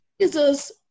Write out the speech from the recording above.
Jesus